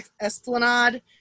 Esplanade